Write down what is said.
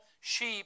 sheep